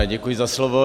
Děkuji za slovo.